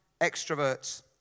extroverts